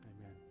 Amen